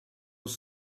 was